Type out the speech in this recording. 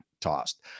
tossed